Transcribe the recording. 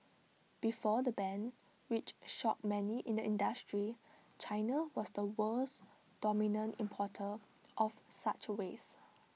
before the ban which shocked many in the industry China was the world's dominant importer of such wastes